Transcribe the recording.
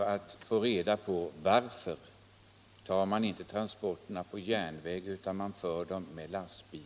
att få reda på varför man inte transporterar på järnväg utan med lastbil.